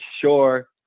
sure